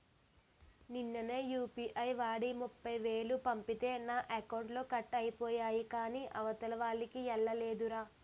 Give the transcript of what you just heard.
నిన్ననే యూ.పి.ఐ వాడి ముప్ఫైవేలు పంపితే నా అకౌంట్లో కట్ అయిపోయాయి కాని అవతలోల్లకి ఎల్లలేదురా